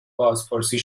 بازپرسی